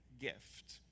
gift